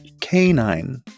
canine